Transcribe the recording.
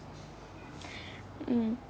mm